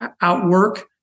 outwork